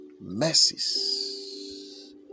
mercies